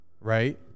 right